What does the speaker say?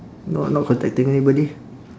not not contacting anybody